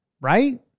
right